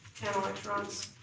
ten electrons.